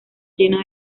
lleno